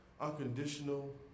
unconditional